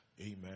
amen